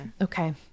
Okay